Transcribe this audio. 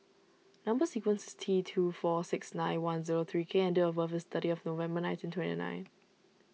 Number Sequence is T two four six nine one zero three K and date of birth is thirtieth November nineteen twenty nine